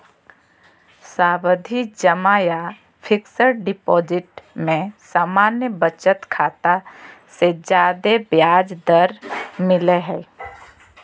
सावधि जमा या फिक्स्ड डिपाजिट में सामान्य बचत खाता से ज्यादे ब्याज दर मिलय हय